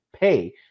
pay